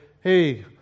hey